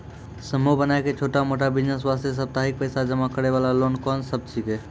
समूह बनाय के छोटा मोटा बिज़नेस वास्ते साप्ताहिक पैसा जमा करे वाला लोन कोंन सब छीके?